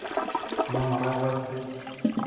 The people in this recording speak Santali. ᱚᱱᱟ ᱢᱟᱨᱟᱝ ᱵᱟᱥᱛᱮ